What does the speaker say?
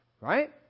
Right